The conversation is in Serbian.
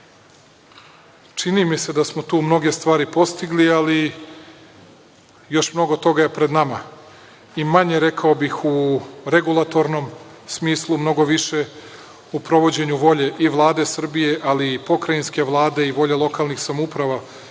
čini mi se da smo tu mnoge stvari postigli, ali još mnogo toga je pred nama i manje, rekao bih, u regulatornom smislu, mnogo više u provođenju volje i Vlade Srbije ali i pokrajinske Vlade i volje lokalnih samouprava